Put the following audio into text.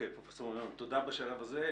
פרופ' מימון, תודה בשלב הזה.